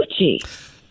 Gucci